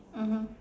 mmhmm